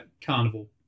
Carnival